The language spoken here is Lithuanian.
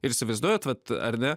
ir įsivaizduojat vat ar ne